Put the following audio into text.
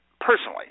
personally